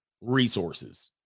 resources